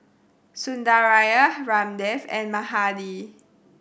Sundaraiah Ramdev and Mahade